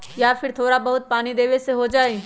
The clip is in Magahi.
या फिर थोड़ा बहुत पानी देबे से हो जाइ?